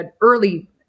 early